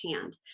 hand